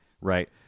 Right